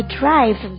drive